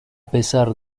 pesar